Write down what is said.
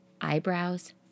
Eyebrows